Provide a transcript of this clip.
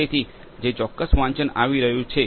તેથી જે ચોક્કસ વાંચન આવી રહ્યું છે